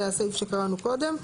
זה הסעיף שקראנו קודם,